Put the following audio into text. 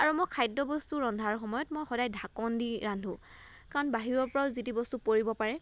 আৰু মই খাদ্য বস্তু ৰন্ধাৰ সময়ত মই সদায় ঢাকন দি ৰান্ধো কাৰণ বাহিৰৰ পৰাও যি তি বস্তু পৰিব পাৰে